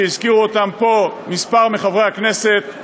שהזכירו אותם פה כמה מחברי הכנסת.